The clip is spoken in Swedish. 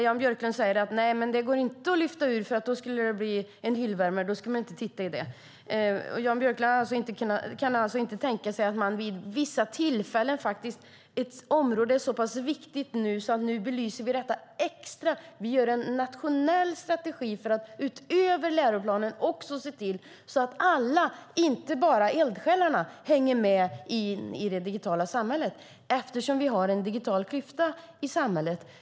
Jan Björklund säger att det inte går att lyfta ut it-strategin eftersom den då skulle bli en hyllvärmare som ingen tittar i. Jan Björklund kan inte tänka sig att vid vissa tillfällen belysa ett område extra, göra en nationell strategi för att utöver läroplanen också se till att alla, inte bara eldsjälarna, hänger med i det digitala samhället. Det finns en digital klyfta i samhället.